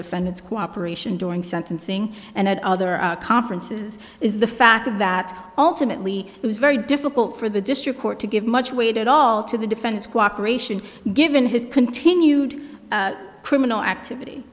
defendant's cooperation during sentencing and at other conferences is the fact that ultimately it was very difficult for the district court to give much weight at all to the defense cooperation given his continued criminal activity